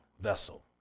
vessel